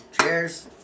Cheers